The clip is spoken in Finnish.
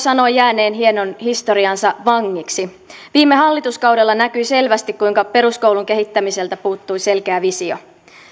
sanoa jääneen hienon historiansa vangiksi viime hallituskaudella näkyi selvästi kuinka peruskoulun kehittämiseltä puuttui selkeä visio